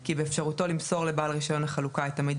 כי באפשרותו למסור לבעל רישיון החלוקה את המידע